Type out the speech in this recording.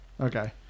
Okay